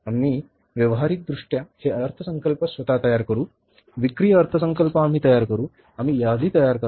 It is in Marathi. आम्ही व्यावहारिकदृष्ट्या हे अर्थसंकल्प स्वतः तयार करू विक्री अर्थसंकल्प आम्ही तयार करू आम्ही यादी तयार करणार